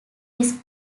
his